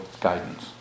guidance